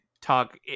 talk